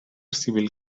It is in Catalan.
civil